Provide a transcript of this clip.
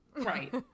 Right